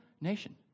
nation